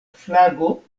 flago